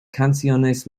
canciones